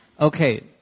Okay